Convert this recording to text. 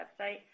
website